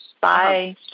Bye